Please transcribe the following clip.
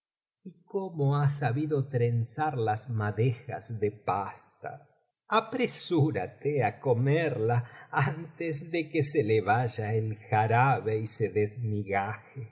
y cómo ha sabido trenzar las madejas de pasta apresúrate á comerla antes de que se le vaya el jarabe y se desmigaje es